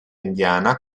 indiana